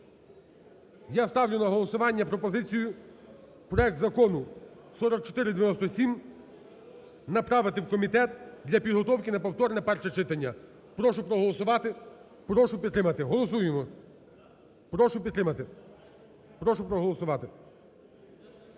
Я ставлю на голосування пропозицію проект Закону 4497 направити в комітет для підготовки на повторне перше читання. Прошу проголосувати, прошу підтримати. Голосуємо. Прошу підтримати, прошу проголосувати.